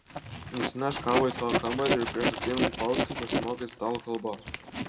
nusineš kavą į savo kambarį ir prieš ateinant faustui pasimokys italų kalbos